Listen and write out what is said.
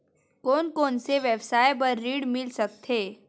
कोन कोन से व्यवसाय बर ऋण मिल सकथे?